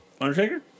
Undertaker